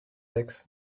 decks